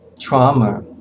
trauma